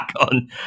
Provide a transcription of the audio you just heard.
on